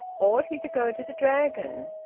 ought he to go to the dragon?